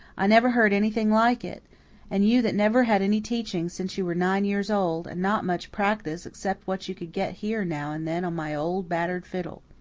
i never heard anything like it and you that never had any teaching since you were nine years old, and not much practice, except what you could get here now and then on my old, battered fiddle.